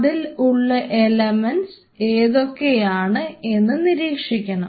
അതിൽ ഉള്ള എലമെൻസ് ഏതൊക്കെയാണ് എന്ന് നിരീക്ഷിക്കണം